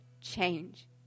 change